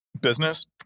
business